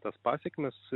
tas pasekmes